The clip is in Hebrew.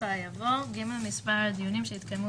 בסופה יבוא: "(ג) מספר הדיונים שהתקיימו